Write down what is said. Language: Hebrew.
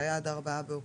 שהיה עד 4 באוקטובר,